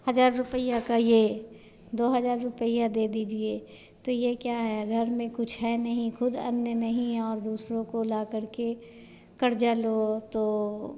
हज़ार रुपया का यह दो हज़ार रुपया दे दीजिए तो यह क्या है घर में कुछ है नहीं ख़ुद अन्न नहीं है और दूसरों को ला करके कर्ज़ लो तो